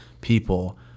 people